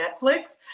Netflix